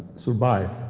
survived,